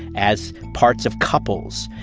as parts of couples,